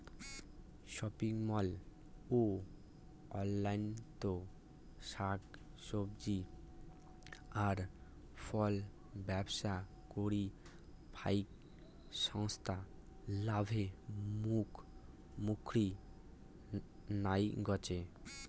shopping mall ও অনলাইনত শাক সবজি আর ফলব্যবসা করি ফাইক সংস্থা লাভের মুখ দ্যাখির নাইগচে